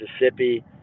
Mississippi